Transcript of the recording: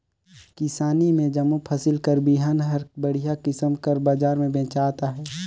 किसानी में जम्मो फसिल कर बीहन हर बड़िहा किसिम कर बजार में बेंचात अहे